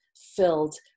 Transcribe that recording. filled